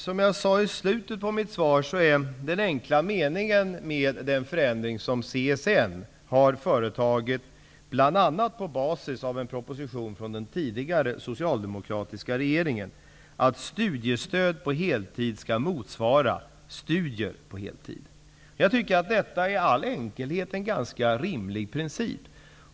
Som jag sade i slutet av mitt svar är den enkla meningen med den förändring som CSN har företagit, bl.a. på basis av en proposition från den tidigare socialdemokratiska regeringen, att studiestöd på heltid skall motsvara studier på heltid. Jag tycker att detta i all enkelhet är en ganska rimlig princip.